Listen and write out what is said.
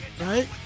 right